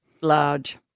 Large